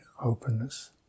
openness